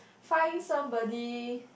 find you somebody